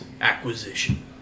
acquisition